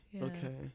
Okay